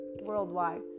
worldwide